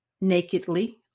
nakedly